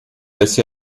ese